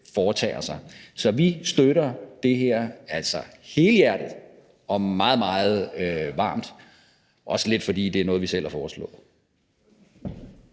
Så vi støtter det her helhjertet og meget, meget varmt – også lidt, fordi det er noget, vi selv har foreslået.